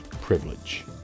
privilege